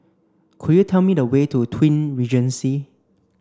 could you tell me the way to Twin Regency